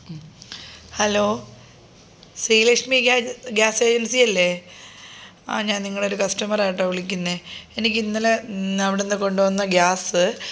hello Sreelakshmi ഗ്യാസേജൻസിയല്ലേ ആ ഞാൻ നിങ്ങളുടെ ഒരു കസ്റ്റമറാട്ടോ വിളിക്കുന്നെ എനിക്കിന്നലെ അവിടുന്ന് കൊണ്ടുവന്ന ഗ്യാസ്